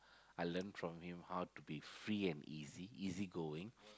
I learn from him how to be free and easy easy going